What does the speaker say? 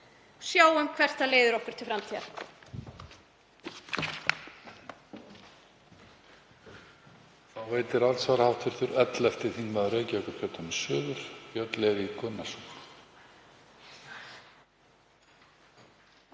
Sjáum hvert það leiðir okkur til framtíðar.